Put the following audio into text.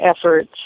efforts